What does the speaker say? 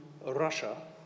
Russia